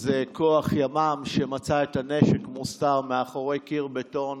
זה כוח ימ"מ, שמצא את הנשק מוסתר מאחורי קיר בטון